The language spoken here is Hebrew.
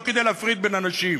לא כדי להפריד בין אנשים,